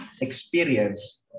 experience